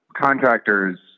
contractors